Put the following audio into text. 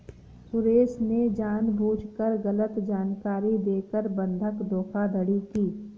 सुरेश ने जानबूझकर गलत जानकारी देकर बंधक धोखाधड़ी की